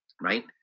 right